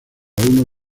uno